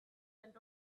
and